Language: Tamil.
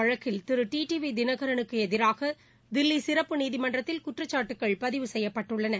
வழக்கில் திரு டி டி வி தினகரனுக்கு எதிராக தில்லி சிறப்பு நீதிமன்றத்தில் குற்றச்சாட்டுக்கள் பதிவு செய்யப்பட்டுள்ளன